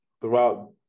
throughout